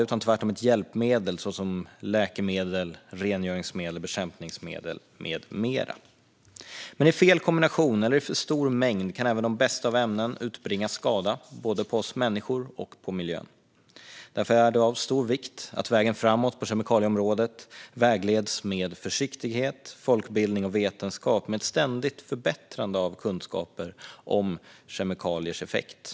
Tvärtom kan de vara hjälpmedel, såsom läkemedel, rengöringsmedel, bekämpningsmedel med mera. Men i fel kombination eller i för stor mängd kan även de bästa av ämnen orsaka skada både på oss människor och på miljön. Därför är det av stor vikt att man på vägen framåt på kemikalieområdet vägleds med försiktighet, folkbildning och vetenskap med ett ständigt förbättrande av kunskaper om kemikaliers effekter.